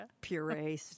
puree